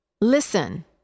listen